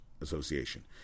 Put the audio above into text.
Association